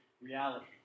reality